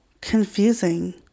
confusing